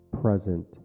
present